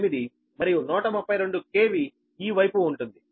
8 మరియు 132 KVఈ వైపు ఉంటుంది